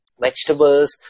vegetables